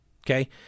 Okay